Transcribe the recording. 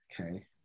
okay